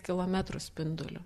kilometrų spinduliu